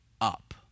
up